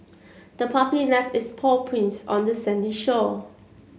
the puppy left its paw prints on the sandy shore